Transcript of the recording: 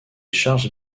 charges